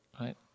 Right